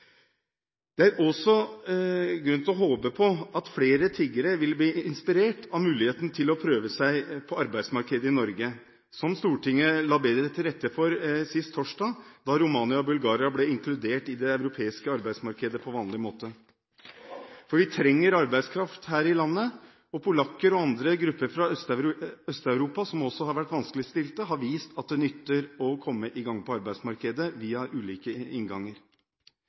Det er også grunn til å håpe at flere tiggere vil bli inspirert av muligheten til å prøve seg på arbeidsmarkedet i Norge, som Stortinget la bedre til rette for sist torsdag, da Romania og Bulgaria ble inkludert i det europeiske arbeidsmarkedet på vanlig måte. Vi trenger arbeidskraft her i landet, og polakker og andre grupper fra Øst-Europa, som også har vært vanskeligstilt, har vist at det nytter å komme i gang på arbeidsmarkedet via ulike innganger.